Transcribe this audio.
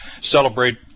celebrate